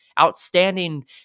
outstanding